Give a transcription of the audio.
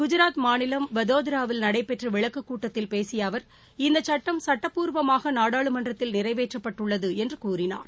குஜராத் மாநிலம் வதோதராவில் நடைபெற்ற விளக்கக் கூட்டத்தில் பேசிய அவர் இந்த சட்டம் சட்டப்பூர்வமாக நாடாளுமன்றத்தில் நிறைவேற்றப்பட்டுள்ளது என்று கூறினார்